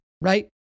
right